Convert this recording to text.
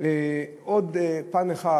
עוד פן אחד,